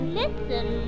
listen